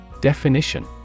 Definition